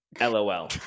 LOL